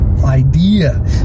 Idea